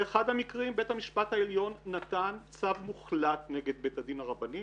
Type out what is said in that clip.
באחד המקרים בית המשפט העליון נתן צו מוחלט נגד בית הדין הרבני.